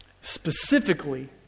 Specifically